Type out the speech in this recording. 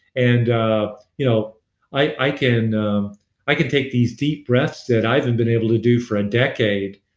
and ah you know i can i can take these deep breaths that i haven't been able to do for a decade.